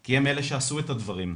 כי הם אלה שעשו את הדברים,